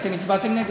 אתם הצבעתם נגד.